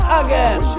again